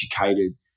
educated